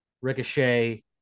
Ricochet